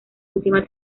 última